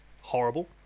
horrible